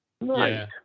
right